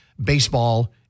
baseball